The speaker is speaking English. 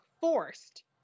forced